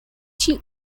tiu